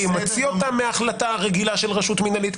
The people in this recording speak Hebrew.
כי הוא מוציא אותם מההחלטה הרגילה של רשות מינהלית.